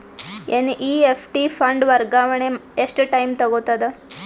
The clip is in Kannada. ಎನ್.ಇ.ಎಫ್.ಟಿ ಫಂಡ್ ವರ್ಗಾವಣೆ ಎಷ್ಟ ಟೈಮ್ ತೋಗೊತದ?